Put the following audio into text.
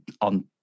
on